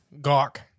Gawk